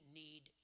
need